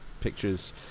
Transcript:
pictures